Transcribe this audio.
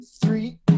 three